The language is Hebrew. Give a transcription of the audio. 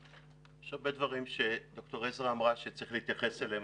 יש הרבה דברים שד"ר עזרא אמרה שצריך להתייחס אליהם.